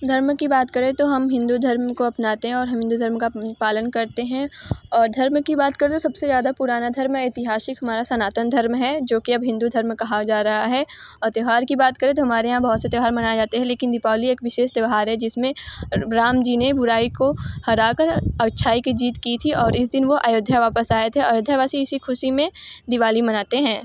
धर्म की बात करें तो हम हिन्दू धर्म को अपनाते हैं और हम हिन्दू धर्म का पालन करते हैं और धर्म की बात करें तो सब से जादा पुराना धर्म है ऐतिहासिक हमारा सनातन धर्म है जो कि अब हिन्दू धर्म कहा जा रहा है और त्यौहार की बात करें तो हमारे यहाँ बहुत से त्यौहार मनाए जाते हैं लेकिन दीपावली एक विशेष त्यौहार है जिस में राम जी ने बुराई को हरा कर अच्छाई की जीत की थी और इस दिन वो अयोध्या वापस आए थे अयोध्या वासी इसी ख़ुशी में दिवाली मनाते हैं